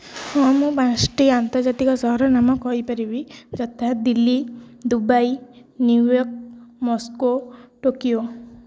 ହଁ ମୁଁ ପାଞ୍ଚଟି ଆନ୍ତର୍ଜାତିକ ସହରର ନାମ କହିପାରିବି ଯଥା Delhi Dubai New York Moscow Tokyo